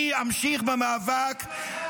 אני אמשיך במאבק --- רד.